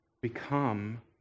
become